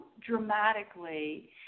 dramatically